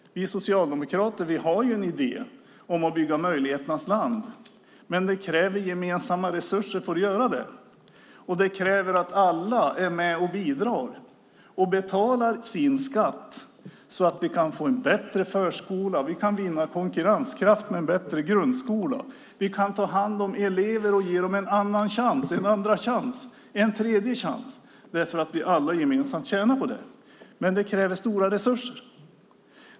Vi socialdemokrater har en idé om att bygga möjligheternas land, men det krävs gemensamma resurser för att göra det. Det kräver att alla är med och bidrar och betalar sin skatt, så att vi kan få en bättre förskola och vinna konkurrenskraft med en bättre grundskola, ta hand om elever och ge dem en andra och en tredje chans - eftersom vi alla gemensamt tjänar på det. Det kräver stora resurser.